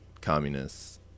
communists